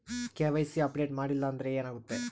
KYC update ಮಾಡಿಲ್ಲ ಅಂದ್ರೆ ಏನಾಗುತ್ತೆ?